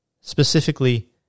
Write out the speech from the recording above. Specifically